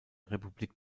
republik